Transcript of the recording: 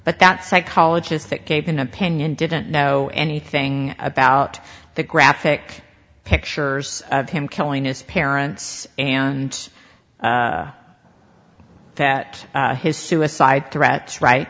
but that psychologist that gave an opinion didn't know anything about the graphic pictures of him killing his parents and that his suicide threats right